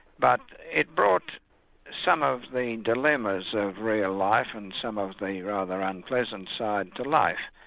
but it brought some of the dilemmas of real life, and some of the rather unpleasant side to life.